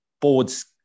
boards